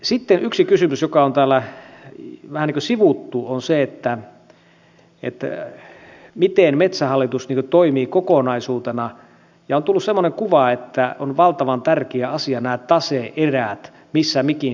sitten yksi kysymys joka on täällä vähän niin kuin sivuutettu on se miten metsähallitus toimii kokonaisuutena ja on tullut semmoinen kuva että on valtavan tärkeä asia nämä tase erät se missä mikin sijaitsee